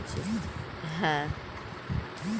চাষীদের ফসল ঠিক বাজার দর দেখে বুঝে বিক্রি করা উচিত